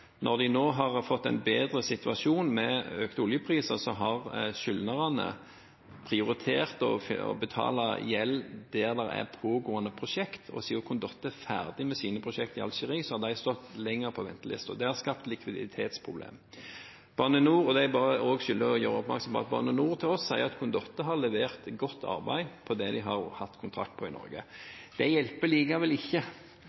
Når de nå har fått en bedre situasjon, med økte oljepriser, har skyldnerne prioritert å betale gjeld der det er pågående prosjekter, og siden Condotte er ferdig med sine prosjekter i Algerie, har de stått lenger på ventelisten. Det har skapt likviditetsproblem. Jeg skylder også å gjøre oppmerksom på at Bane NOR sier til oss at Condotte har levert godt arbeid på det de har hatt kontrakt på i